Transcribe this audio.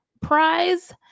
prize